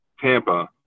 Tampa